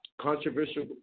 controversial